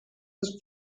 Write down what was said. his